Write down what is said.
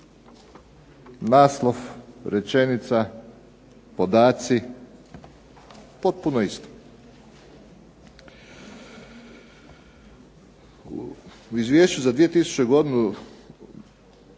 naslov, rečenica, podaci, potpuno isto. U Izvješću za 2008. godinu